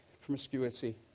promiscuity